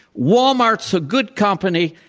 walmart's a good company.